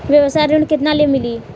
व्यवसाय ऋण केतना ले मिली?